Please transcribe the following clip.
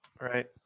Right